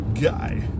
guy